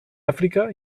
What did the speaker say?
àfrica